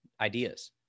ideas